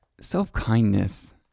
self-kindness